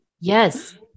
Yes